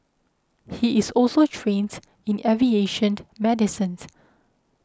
he is also trains in aviation medicine